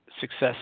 success